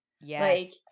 Yes